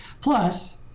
Plus